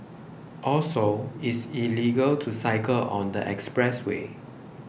also it's illegal to cycle on the expressway